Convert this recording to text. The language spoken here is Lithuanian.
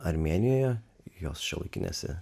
armėnijoje jos šiuolaikinėse